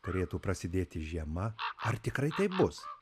turėtų prasidėti žiema ar tikrai taip bus